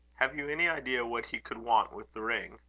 have you any idea what he could want with the ring?